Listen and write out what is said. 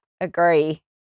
Agree